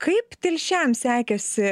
o kaip telšiam sekėsi